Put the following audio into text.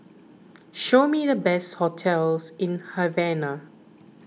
show me the best hotels in Havana